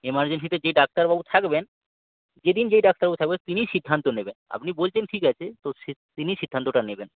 এমার্জেন্সিতে যেই ডাক্তারবাবু থাকবেন যেদিন যে ডাক্তারবাবু থাকবেন তিনিই সিদ্ধান্ত নেবেন আপনি বলছেন ঠিক আছে তো সে তিনিই সিদ্ধান্তটা নেবেন